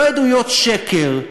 לא עדויות שקר,